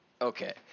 okay